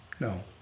No